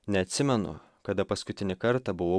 neatsimenu kada paskutinį kartą buvau